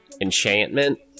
Enchantment